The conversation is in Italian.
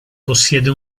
possiede